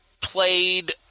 played